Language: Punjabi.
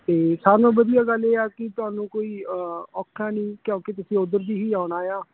ਅਤੇ ਸਾਰਿਆਂ ਨਾਲੋਂ ਵਧੀਆ ਗੱਲ ਇਹ ਆ ਕਿ ਤੁਹਾਨੂੰ ਕੋਈ ਔਖਾ ਨਹੀਂ ਕਿਉਂਕਿ ਤੁਸੀਂ ਉੱਧਰ ਦੀ ਹੀ ਆਉਣਾ ਆ